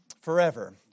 forever